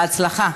בהצלחה.